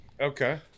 Okay